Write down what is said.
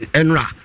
Enra